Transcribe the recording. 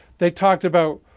they talked about